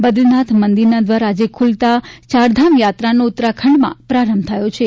બદરીનાથ મંદિરના દ્વાર આજે ખુલતા ચારધામ યાત્રાનો ઊત્તરાખંડમાં પ્રારંભ થાય છે